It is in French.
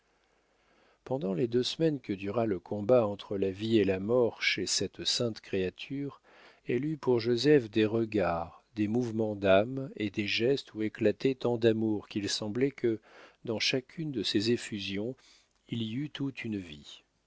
pendant les deux semaines que dura le combat entre la vie et la mort chez cette sainte créature elle eut pour joseph des regards des mouvements d'âme et des gestes où éclatait tant d'amour qu'il semblait que dans chacune de ses effusions il y eût toute une vie